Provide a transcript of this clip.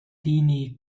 denys